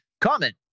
comment